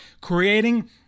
creating